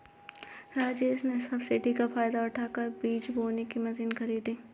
राजेश ने सब्सिडी का फायदा उठाकर बीज बोने की मशीन खरीदी